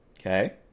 Okay